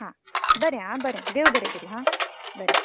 हां बरें हां बरें देव बरें करूं हां बरें